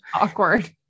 Awkward